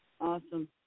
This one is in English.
awesome